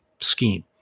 scheme